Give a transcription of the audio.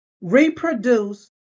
reproduce